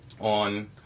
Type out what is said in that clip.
on